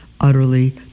utterly